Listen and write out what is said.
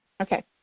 Okay